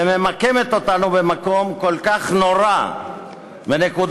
וממקמת אותנו במקום כל כך נורא מנקודת